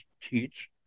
teach